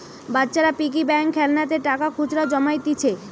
বাচ্চারা piggy bank খেলনাতে টাকা খুচরা জমাইতিছে